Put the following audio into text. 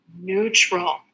neutral